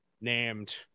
named